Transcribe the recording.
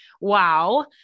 wow